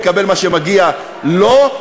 יקבל מה שמגיע לו,